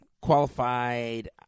Qualified